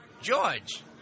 George